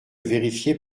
vérifier